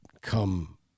come